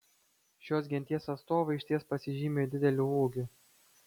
šios genties atstovai išties pasižymi dideliu ūgiu